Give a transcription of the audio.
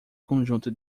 conjunto